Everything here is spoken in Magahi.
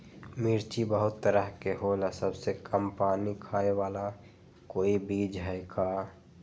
मिर्ची बहुत तरह के होला सबसे कम पानी खाए वाला कोई बीज है का?